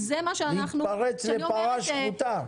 להתפרץ לפרה שחוטה.